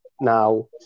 Now